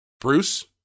Bruce